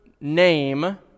name